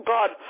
God